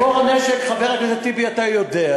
מקור הנשק, חבר הכנסת טיבי, אתה יודע,